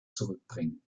zurückbringen